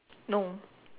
no